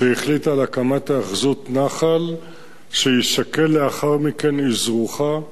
על הקמת היאחזות נח"ל שיישקל לאחר מכן אזרוחה.